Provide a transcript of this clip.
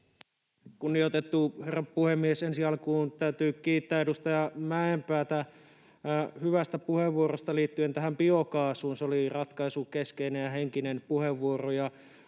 Kunnioitettu herra puhemies! Ensi alkuun täytyy kiittää edustaja Mäenpäätä hyvästä puheenvuorosta liittyen biokaasuun. Se oli ratkaisukeskeinen ja -henkinen puheenvuoro,